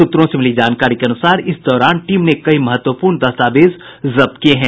सूत्रों से मिली जानकारी के अनुसार इस दौरान टीम ने कई महत्वपूर्ण दस्तावेज जब्त किये हैं